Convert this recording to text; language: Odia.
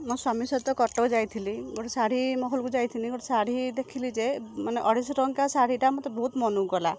ମୋ ସ୍ୱାମୀ ସହିତ କଟକ ଯାଇଥିଲି ଗୋଟେ ଶାଢ଼ୀ ମହଲକୁ ଯାଇଥିନି ଗୋଟେ ଶାଢ଼ୀ ଦେଖିଲି ଯେ ମାନେ ଅଢ଼େଇଶହ ଟଙ୍କା ଶାଢ଼ୀଟା ମୋତେ ବହୁତ ମନକୁ ଗଲା